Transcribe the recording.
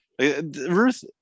ruth